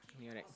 you are right